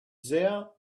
there